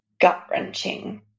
gut-wrenching